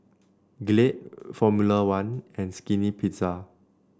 Glade Formula One and Skinny Pizza